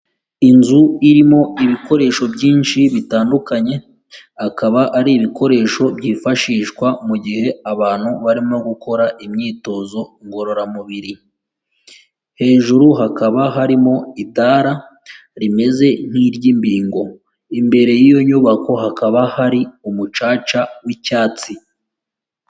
Inzu irimo ibikoresho byinshi bitandukanye akaba ari ibikoresho byifashishwa mu gihe abantu barimo gukora imyitozo ngororamubiri, hejuru hakaba harimo itara rimeze nk'iryimbingo, imbere y'iyo nyubako hakaba hari umucaca w'icyatsi.